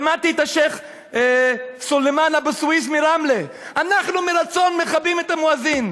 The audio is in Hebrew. שמעתי את השיח' סלימאן אבו סוויס מרמלה: אנחנו מרצון מכבים את המואזין.